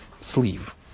sleeve